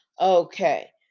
Okay